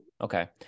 Okay